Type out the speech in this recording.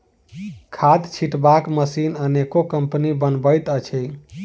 खाद छिटबाक मशीन अनेको कम्पनी बनबैत अछि